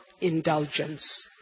indulgence